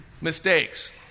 Mistakes